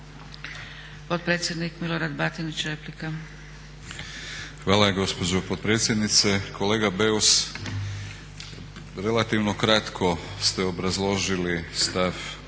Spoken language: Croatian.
Potpredsjednik Milorad Batinić, replika. **Batinić, Milorad (HNS)** Hvala gospođo potpredsjednice. Kolega Beus relativno kratko ste obrazložili stav